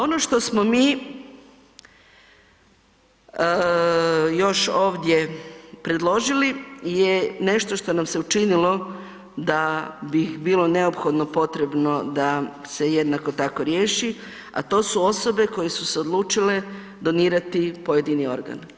Ono što smo mi još ovdje predložili je nešto što nam se učinilo da bi bilo neophodno potrebno da se jednako tako riješi, a to su osobe koje su se odlučile donirati pojedini organ.